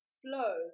flow